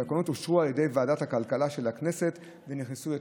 התקנות אושרו על ידי ועדת הכלכלה של הכנסת ונכנסו לתוקף,